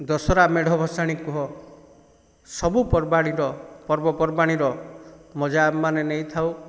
ଦଶହରା ମେଢ଼ ଭସାଣି କୁହ ସବୁ ପର୍ବାଣିର ପର୍ବପର୍ବାଣିର ମଜା ଆମେମାନେ ନେଇଥାଉ